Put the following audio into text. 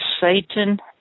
Satan